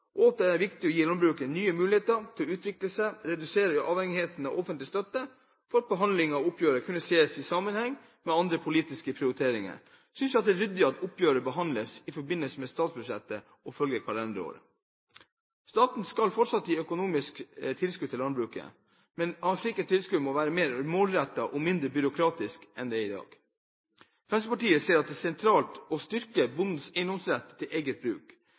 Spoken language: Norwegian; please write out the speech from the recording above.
setter, og det er viktig å gi landbruket nye muligheter til å utvikle seg og redusere avhengigheten av offentlig støtte. For at behandlingen av oppgjøret skal kunne ses i sammenheng med andre politiske prioriteringer, synes jeg det er ryddig at oppgjøret behandles i forbindelse med statsbudsjettet og følger kalenderåret. Staten skal fortsatt gi økonomisk tilskudd til landbruket, men slike tilskudd må være mer målrettede og mindre byråkratiske enn i dag. Fremskrittspartiet ser det som sentralt å styrke bondens eiendomsrett til eget bruk,